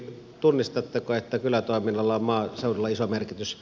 tunnistatteko että kylätoiminnalla on maaseudulla iso merkitys